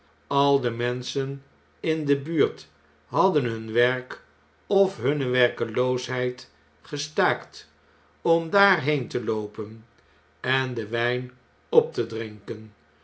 al de menschen in de buurt hadden hun werk of hunne werkeloosheid gestaakt om daarheen te loopen en den wjjn op te drinken